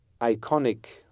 iconic